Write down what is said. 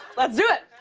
let's do it.